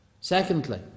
Secondly